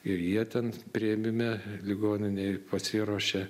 ir jie ten priėmime ligoninėj pasiruošė